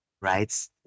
Right